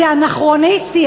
זה אנכרוניסטי,